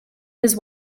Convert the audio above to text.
his